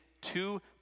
two